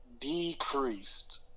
Decreased